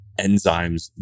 enzymes